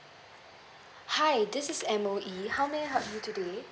hi this is M_O_E how may I help you today